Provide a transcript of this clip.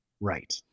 Right